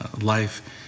Life